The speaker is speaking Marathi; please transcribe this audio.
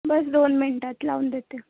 बस दोन मिनटात लावून देते